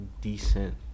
decent